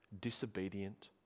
disobedient